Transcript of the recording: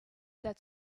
that